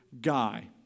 guy